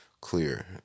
clear